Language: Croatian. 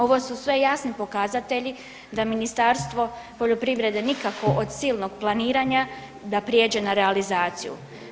Ovo su sve jasni pokazatelji da Ministarstvo poljoprivredne nikako od silnog planiranja da prijeđe na realizaciju.